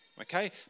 Okay